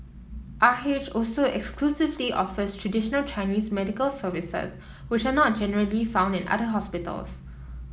R H also exclusively offers traditional Chinese medical services which are not generally found in other hospitals